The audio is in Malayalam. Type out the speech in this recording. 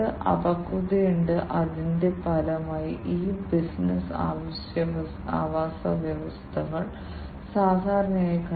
ഈ സ്മാർട്ട് സെൻസറിൽ ഇൻബിൽറ്റ് ചെയ്തിരിക്കുന്ന പ്രോസസറിന്റെ സഹായത്തോടെ ഇത് സാധ്യമാകും